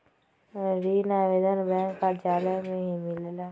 ऋण आवेदन बैंक कार्यालय मे ही मिलेला?